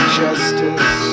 justice